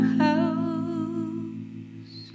house